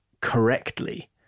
correctly